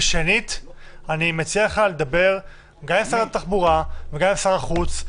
אני מציע לך לדבר עם שרת התחבורה ועם שר החוץ,